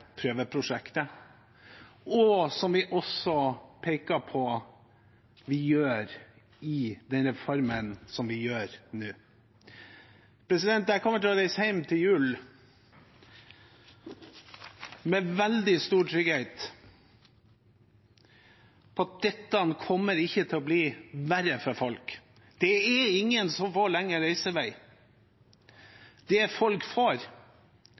prøveprosjektet, og som vi også peker på at vi gjør i reformen nå. Jeg kommer til å reise hjem til jul med veldig stor trygghet for at dette ikke kommer til å bli verre for folk. Det er ingen som får lengre reisevei. Det folk får, er